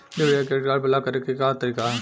Debit या credit card block करे के का तरीका ह?